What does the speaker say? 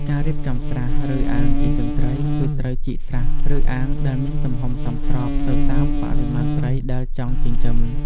ការរៀបចំស្រះ ឬអាងចិញ្ចឹមត្រី គឺត្រូវជីកស្រះ ឬអាងដែលមានទំហំសមស្របទៅតាមបរិមាណត្រីដែលចង់ចិញ្ចឹម។